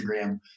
Instagram